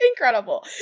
incredible